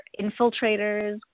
infiltrators